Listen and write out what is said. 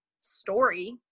story